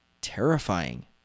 terrifying